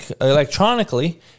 electronically